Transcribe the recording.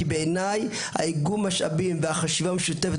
כי בעיניי איגום המשאבים והחשיבה המשותפת